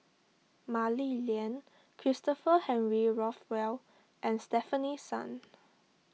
Mah Li Lian Christopher Henry Rothwell and Stefanie Sun